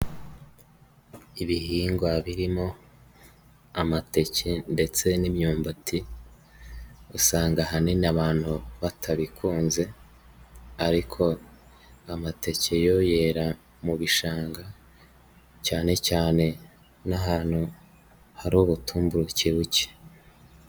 Ibihingwa birimo, amateke ndetse n'imyumbati, usanga ahanini abantu batabikunze, ariko, amateke yo yera mu bishanga, cyane cyane n'ahantu, hari ubutumburuke buke.